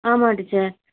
ஆமாம் டீச்சர்